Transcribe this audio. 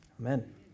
amen